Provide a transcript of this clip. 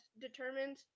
determined